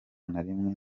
narimwe